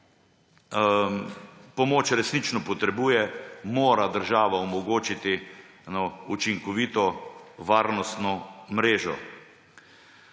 pomoč resnično potrebuje, mora država omogočiti učinkovito varnostno mrežo.